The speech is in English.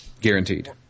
guaranteed